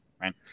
right